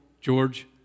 George